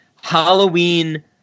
Halloween –